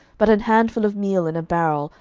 but an handful of meal in a barrel,